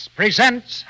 presents